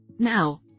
Now